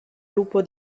lupo